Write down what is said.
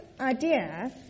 idea